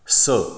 स